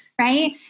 right